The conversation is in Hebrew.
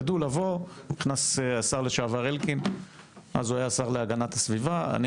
ידעו לבוא נכנס השר לשעבר אלקין; אז הוא היה השר להגנת הסביבה; אני